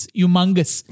humongous